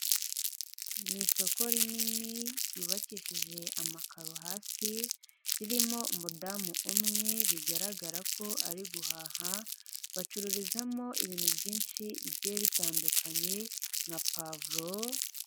Ni isoko rinini ryubakishije amakaro hasi ririmo umudamu umwe bigaragara ko ari guhaha, bacururizamo ibintu byinshi bigiye bitandukanye nka pavuro.